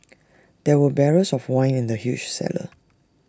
there were barrels of wine in the huge cellar